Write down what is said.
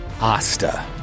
Asta